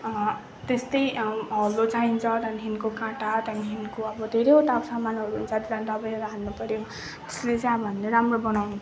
त्यस्तै हलो चाहिन्छ त्यहाँदेखिको काँटा त्यहाँदेखिको अब धेरैवटा सामानहरू हुन्छ दवाईहरू हाल्नु पऱ्यो त्यसरी चाहिँ अब हामीले राम्रो बनाउन